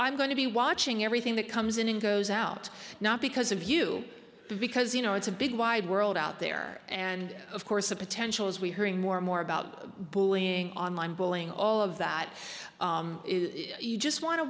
i'm going to be watching everything that comes in and goes out not because of you because you know it's a big wide world out there and of course a potential as we hearing more and more about bullying online bowling all of that you just want to